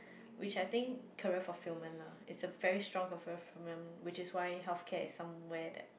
which I think career fulfillment lah it's a very strong career fulfillment which is why healthcare is somewhere that